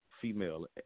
female